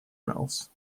mills